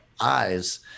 eyes